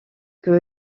que